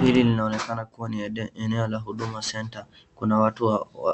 Hili linaonekana kuwa ni eneo la Huduma Centre kuna